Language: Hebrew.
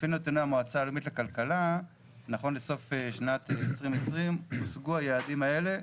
לפי נתוני המועצה הלאומית לכלכלה נכון לשנת 2020 הושגו היעדים האלה,